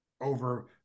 over